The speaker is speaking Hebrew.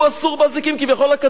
כביכול הקדוש-ברוך-הוא ביחד אתו.